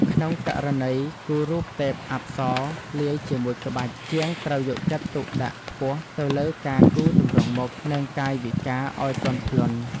ក្នុងករណីគូររូបទេពអប្សរលាយជាមួយក្បាច់ ជាងត្រូវយកចិត្តទុកដាក់ខ្ពស់ទៅលើការគូរទម្រង់មុខ និងកាយវិការឱ្យទន់ភ្លន់។